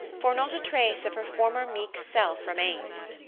for not a trace of her former meek self remained.